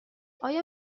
آیا